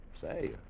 Say